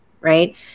right